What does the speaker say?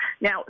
Now